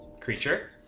creature